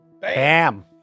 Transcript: Bam